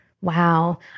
Wow